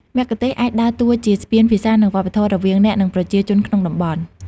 មគ្គុទ្ទេសក៍អាចដើរតួជា ស្ពានភាសា និងវប្បធម៌ រវាងអ្នក និងប្រជាជនក្នុងតំបន់។